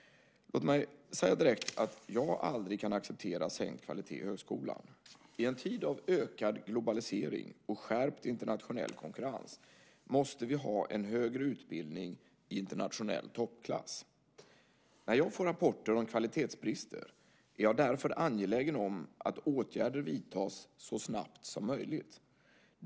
Låt mig säga direkt att jag aldrig kan acceptera sänkt kvalitet i högskolan. I en tid av ökad globalisering och skärpt internationell konkurrens måste vi ha en högre utbildning i internationell toppklass. När jag får rapporter om kvalitetsbrister är jag därför angelägen om att åtgärder vidtas så snabbt som möjligt.